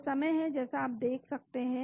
यह समय है जैसा आप देख सकते हैं